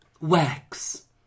Wax